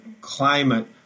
climate